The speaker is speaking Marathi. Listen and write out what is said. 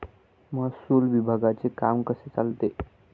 महसूल विभागाचे काम कसे चालते?